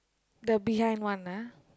the behind one ah